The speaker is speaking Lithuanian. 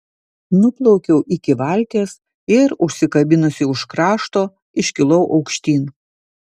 nuplaukiau iki valties ir užsikabinusi už krašto iškilau aukštyn